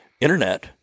internet